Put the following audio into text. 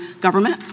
government